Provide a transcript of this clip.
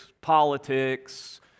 politics